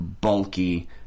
bulky